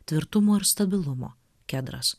tvirtumo ir stabilumo kedras